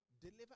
Deliver